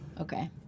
Okay